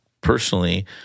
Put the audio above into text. personally